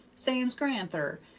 same's gran'ther,